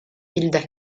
hilda